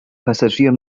passagier